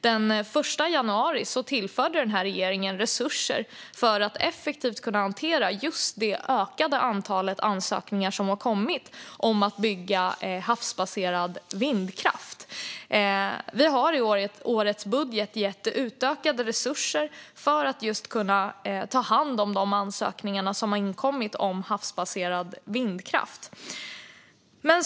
Den 1 januari tillförde den här regeringen resurser för att effektivt kunna hantera det ökade antalet ansökningar om att bygga havsbaserad vindkraft. Vi har i årets budget gett utökade resurser för att man ska kunna ta hand om de ansökningar om just havsbaserad vindkraft som har inkommit.